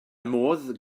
modd